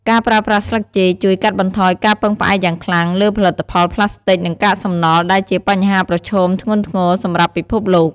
ការប្រើប្រាស់ស្លឹកចេកជួយ កាត់បន្ថយការពឹងផ្អែកយ៉ាងខ្លាំង លើផលិតផលប្លាស្ទិក និងកាកសំណល់ ដែលជាបញ្ហាប្រឈមធ្ងន់ធ្ងរសម្រាប់ពិភពលោក។